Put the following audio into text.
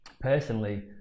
personally